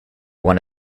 won